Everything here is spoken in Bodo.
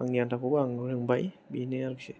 आंनि आनथाखौबो आं रोंबाय बेनो आरखि